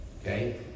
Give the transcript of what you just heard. Okay